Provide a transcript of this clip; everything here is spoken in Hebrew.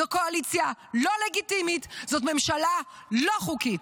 זו קואליציה לא לגיטימית, זאת ממשלה לא חוקית.